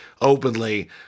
openly